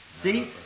See